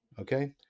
Okay